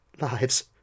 lives